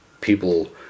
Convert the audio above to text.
people